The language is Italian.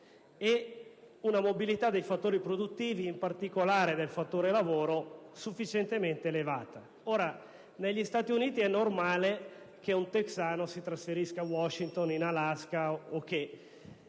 ed una mobilità dei fattori produttivi, in particolare del fattore lavoro, sufficientemente elevata. Ma se negli Stati Uniti è normale che un texano si trasferisca a Washington o in Alaska, in